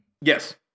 Yes